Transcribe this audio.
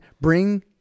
bring